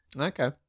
Okay